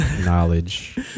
knowledge